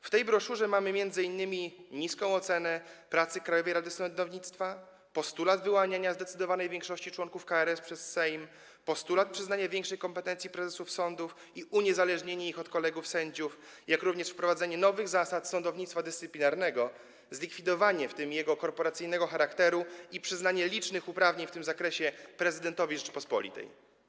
W tej broszurze mamy m.in. niską ocenę pracy Krajowej Rady Sądownictwa, postulat wyłaniania zdecydowanej większości członków KRS przez Sejm, postulat przyznania większej kompetencji prezesom sądów i uniezależnienia ich od kolegów sędziów, jak również wprowadzenia nowych zasad sądownictwa dyscyplinarnego, w tym zlikwidowania jego korporacyjnego charakteru i przyznania licznych uprawnień w tym zakresie prezydentowi Rzeczypospolitej.